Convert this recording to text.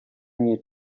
nie